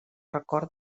record